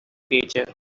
creature